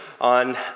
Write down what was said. on